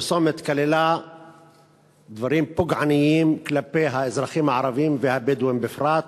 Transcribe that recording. הפרסומת כללה דברים פוגעניים כלפי האזרחים הערבים והבדואים בפרט.